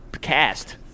cast